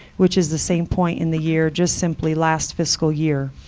which is the same point in the year, just simply last fiscal year.